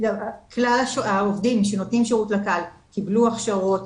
כלל העובדים שנותנים שירות לקהל קיבלו הכשרות,